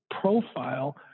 profile